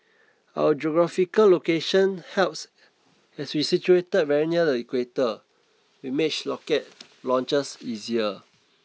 our geographical location helps as we are situated very near the Equator which makes rocket launches easier